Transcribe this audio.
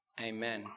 amen